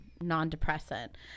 non-depressant